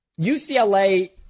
UCLA